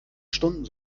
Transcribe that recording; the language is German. stunden